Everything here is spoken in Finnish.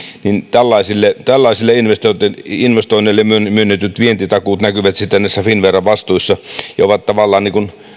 niin tällaisille tällaisille investoinneille myönnetyt vientitakuut näkyvät sitten näissä finnveran vastuissa ja ovat tavallaan